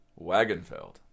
Wagenfeld